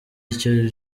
icyo